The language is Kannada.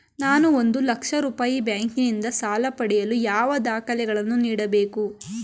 ನಾನು ಒಂದು ಲಕ್ಷ ರೂಪಾಯಿ ಬ್ಯಾಂಕಿನಿಂದ ಸಾಲ ಪಡೆಯಲು ಯಾವ ದಾಖಲೆಗಳನ್ನು ನೀಡಬೇಕು?